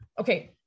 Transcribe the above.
okay